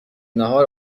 ناهار